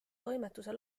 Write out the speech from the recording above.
toimetuse